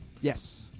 Yes